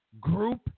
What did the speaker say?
group